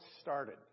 started